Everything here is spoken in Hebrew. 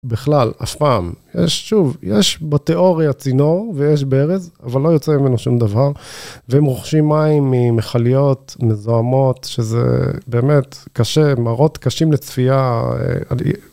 בכלל, אף פעם. יש, שוב, יש בתיאוריה צינור, ויש ברז, אבל לא יוצא ממנו שום דבר, והם רוכשים מים ממכליות, מזוהמות, שזה באמת קשה, מראות קשים לצפייה.